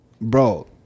bro